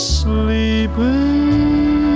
sleeping